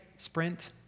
sprint